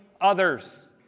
others